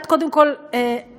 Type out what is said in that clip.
את קודם כול אשמה,